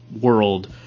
world